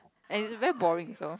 and it's very boring also